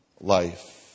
life